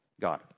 God